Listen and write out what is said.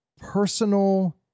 personal